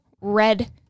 red